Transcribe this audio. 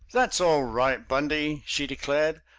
that's all right, bundy! she declared.